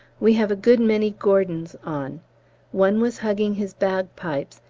we have a good many gordons on one was hugging his bagpipes,